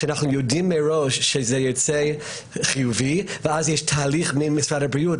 שאנחנו יודעים מראש שזה ייצא חיובי ואז יש תהליך מול משרד הבריאות.